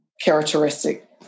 characteristic